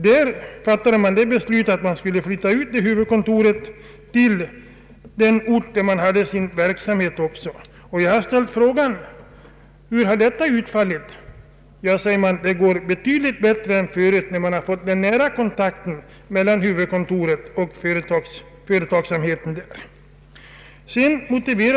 Där fattade man beslutet att flytta ut huvudkontoret till den ort där företaget hade sin produktion. Jag har frågat hur detta har utfallit och fått till svar att det går betydligt bättre än förut, när det blivit nära kontakt mellan huvudkontoret och verksamheten i övrigt.